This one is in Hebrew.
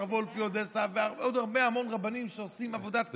הרב וולף מאודסה ועוד המון רבנים שעושים עבודת קודש.